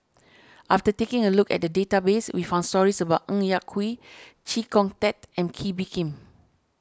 after taking a look at the database we found stories about Ng Yak Whee Chee Kong Tet and Kee Bee Khim